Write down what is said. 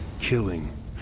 killing